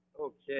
Okay